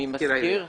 ממזכיר הוועדה.